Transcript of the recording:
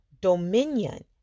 dominion